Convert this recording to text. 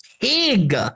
pig